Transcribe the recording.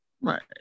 Right